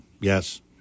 Yes